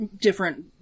different